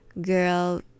girl